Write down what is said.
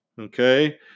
Okay